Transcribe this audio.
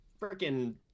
freaking